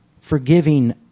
forgiving